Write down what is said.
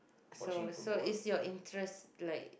so so it's your interests like